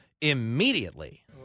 immediately